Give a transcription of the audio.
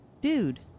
dude